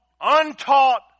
untaught